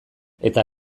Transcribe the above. eta